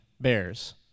Bears